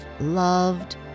loved